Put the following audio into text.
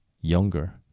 younger